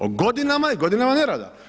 O godinama i godinama nerada.